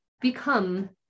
become